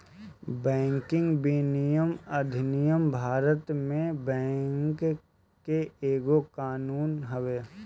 banking विनियमन अधिनियम भारत में बैंक के एगो कानून हवे